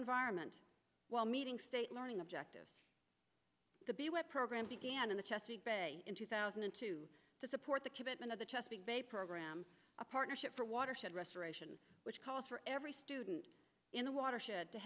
environment while meeting state learning objectives to be wet program began in the chesapeake bay in two thousand and two to support the commitment of the chesapeake bay program a partnership for watershed restoration which calls for every student in the watershed to